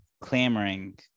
clamoring